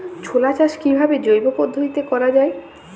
ছোলা চাষ কিভাবে জৈব পদ্ধতিতে করা যায়?